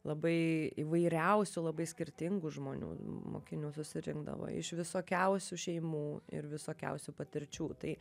labai įvairiausių labai skirtingų žmonių mokinių susirinkdavo iš visokiausių šeimų ir visokiausių patirčių tai